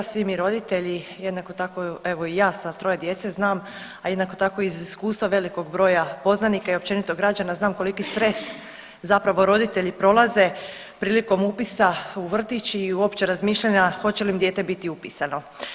Svi mi roditelji, jednako tako evo i ja sa troje djece znam, a jednako tako i iz iskustva velikog broja poznanika i općenito građana znam koliki stres zapravo roditelji prolaze prilikom upisa u vrtić i uopće razmišljanja hoće li im dijete biti upisano.